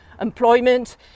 employment